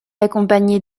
accompagné